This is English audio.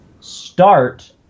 start